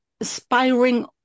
aspiring